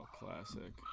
classic